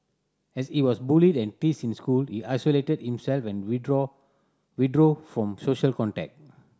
as he was bullied and teased in school he isolated himself and withdraw withdrew from social contact